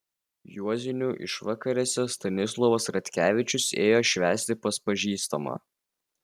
juozinių išvakarėse stanislovas ratkevičius ėjo švęsti pas pažįstamą